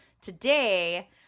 today